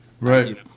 Right